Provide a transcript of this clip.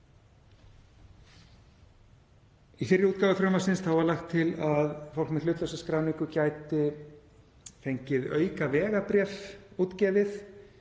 Í fyrri útgáfu frumvarpsins var lagt til að fólk með hlutlausa skráningu gæti fengið aukavegabréf útgefið.